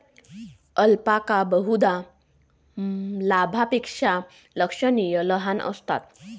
alpaca बहुधा लामापेक्षा लक्षणीय लहान असतात